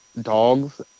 dogs